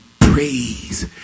praise